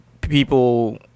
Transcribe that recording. people